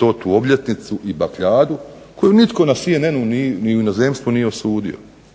100. obljetnicu i bakljadu koju nitko na CNN-u ni u inozemstvu nije osudio.